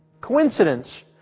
coincidence